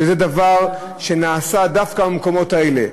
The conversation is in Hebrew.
שזה דבר שנעשה דווקא במקומות האלה.